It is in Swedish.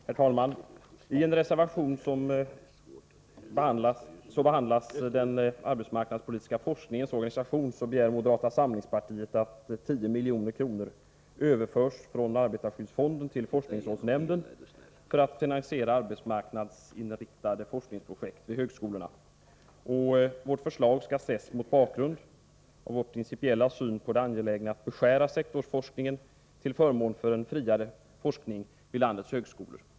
Herr talman! I en reservation som behandlar den arbetsmarknadspolitiska forskningens organisation begär moderata samlingspartiet att 10 milj.kr. överförs från arbetarskyddsfonden till forskningsrådsnämnden för att finansiera arbetsmarknadsinriktade forskningsprojekt vid högskolorna. Vårt förslag skall ses mot bakgrund av vår principiella syn på det angelägna i att beskära sektorsforskningen till förmån för en friare forskning vid landets högskolor.